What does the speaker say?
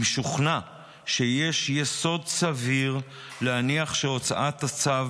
אם שוכנע שיש יסוד סביר להניח שהוצאת הצו,